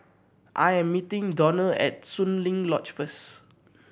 I am meeting Donnell at Soon Lee Lodge first